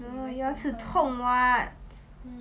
牙齿痛 [what]